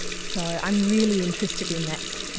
so i'm really interested in that,